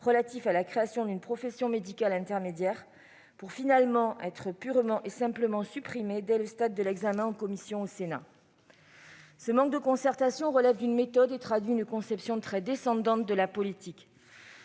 relatif à la création d'une profession médicale intermédiaire, puis à sa suppression pure et simple dès le stade de l'examen en commission au Sénat. Ce manque de concertation relève d'une méthode et traduit une conception très descendante de la politique.